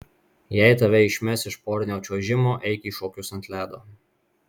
jei tave išmes iš porinio čiuožimo eik į šokius ant ledo